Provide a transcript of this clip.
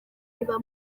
biba